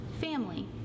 family